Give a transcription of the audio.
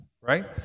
right